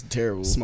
terrible